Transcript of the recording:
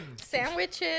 sandwiches